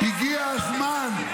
--- הגיע הזמן,